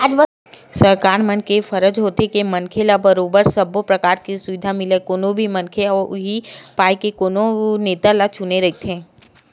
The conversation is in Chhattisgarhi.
सरकार मन के फरज होथे के मनखे ल बरोबर सब्बो परकार के सुबिधा मिलय कोनो भी मनखे ह उहीं पाय के कोनो नेता ल चुने रहिथे